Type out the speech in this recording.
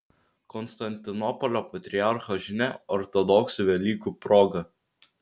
konstantinopolio patriarcho žinia ortodoksų velykų proga